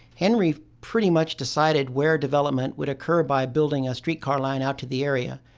henry pretty much decided where development would occur by building a streetcar line out to the area.